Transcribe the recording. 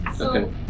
Okay